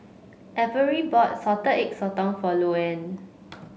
Averie bought Salted Egg Sotong for Louann